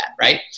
Right